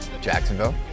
Jacksonville